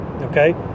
okay